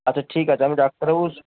আচ্ছা ঠিক আছে আমি ডাক্তারবাবুর সঙ্গে